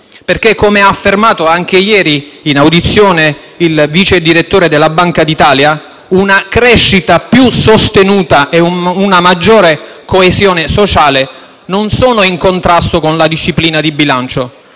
come ha affermato in audizione il vice direttore della Banca d'Italia, una crescita più sostenuta e una maggiore coesione sociale non sono in contrasto con la disciplina di bilancio: